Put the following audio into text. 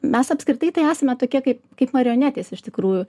mes apskritai tai esame tokie kaip kaip marionetės iš tikrųjų